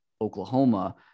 Oklahoma